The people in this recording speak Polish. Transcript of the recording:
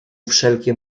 wszelkie